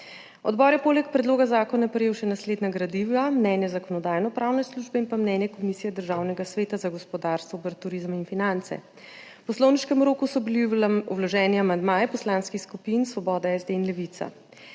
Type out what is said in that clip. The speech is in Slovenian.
Odbor je poleg predloga zakona prejel še naslednja gradiva: Mnenje Zakonodajno-pravne službe in Mnenje Komisije Državnega sveta za gospodarstvo, obrt, turizem in finance. V poslovniškem roku so bili vloženi amandmaji poslanskih skupin Svoboda, SD in Levica.